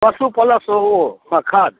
पशु पलस ओ हँ खाद